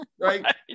Right